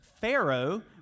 Pharaoh